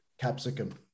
capsicum